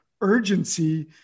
urgency